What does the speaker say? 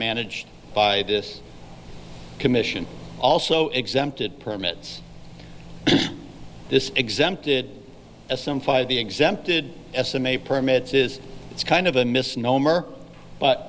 managed by this commission also exempted permits this exempted as some five of the exempted estimate permits is it's kind of a misnomer but